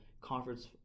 conference